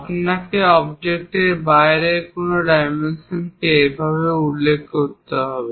আপনাকে অবজেক্টের বাইরের কোনো ডাইমেনশনকে এভাবে উল্লেখ করতে হবে